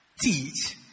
Teach